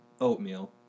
Oatmeal